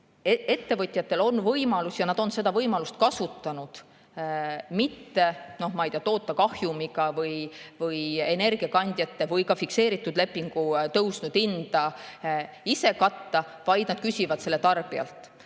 Ettevõtjatel on võimalus – ja nad on seda võimalust kasutanud – mitte toota kahjumiga või energiakandjate või ka fikseeritud lepingu tõusnud hinda mitte ise katta, vaid nad küsivad selle [raha]